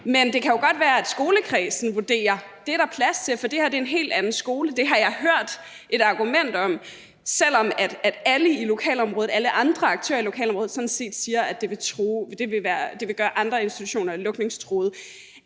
men det kan jo godt være, at skolekredsen vurderer, at der er plads til det, for det er en helt anden skole. Det har jeg hørt et argument om, selv om alle andre aktører i lokalområdet sådan set siger, at det vil gøre andre institutioner lukningstruede.